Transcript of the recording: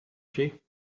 she